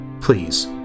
Please